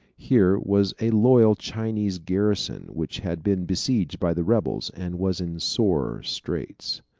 here was a loyal chinese garrison which had been besieged by the rebels and was in sore straits.